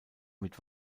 mit